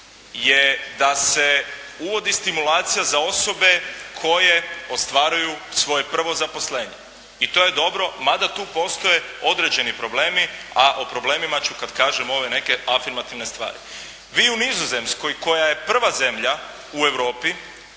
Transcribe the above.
je da se uvodi stimulacija za osobe koje ostvaruju svoje prvo zaposlenje i to je dobro, mada tu postoje određeni problemi, a o problemima ću kada kažem ove neke afirmativne stvari. Vi u Nizozemskoj koja je prva zemlja u Europi